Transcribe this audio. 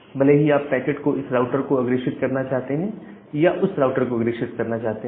भले ही आप पैकेट को इस राउटर को अग्रेषित करना चाहते हैं या उस राउटर को अग्रेषित करना चाहते हैं